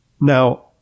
Now